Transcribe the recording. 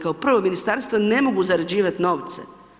Kao prvo ministarstva ne mogu zarađivati novce.